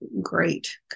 great